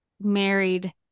married